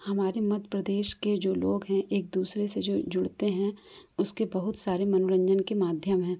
हमारे मध्य प्रदेश के जो लोग हैं एक दूसरे से जो जुड़ते हैं उसके बहुत सारे मनोरंजन के माध्यम हैं